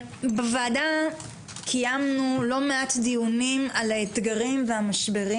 בוועדה קיימנו לא מעט דיונים על האתגרים והמשברים